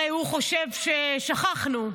הרי הוא חושב ששכחנו.